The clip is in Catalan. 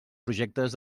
projectes